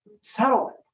settlement